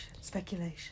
speculation